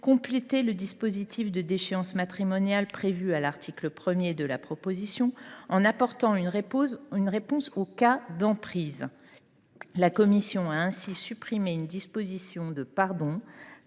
compléter le dispositif de déchéance matrimoniale prévu à l’article 1 de la proposition de loi, en apportant une réponse aux cas d’emprise. La commission a ainsi supprimé une disposition de « pardon